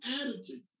attitude